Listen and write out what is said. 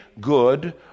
good